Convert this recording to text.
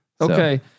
Okay